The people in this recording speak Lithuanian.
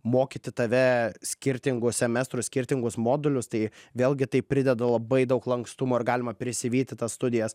mokyti tave skirtingų semestrų skirtingus modulius tai vėlgi tai prideda labai daug lankstumo ir galima prisivyti tas studijas